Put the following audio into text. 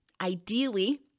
Ideally